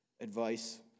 advice